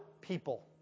people